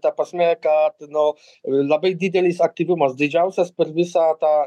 ta prasme kad nu labai didelis aktyvumas didžiausias per visą tą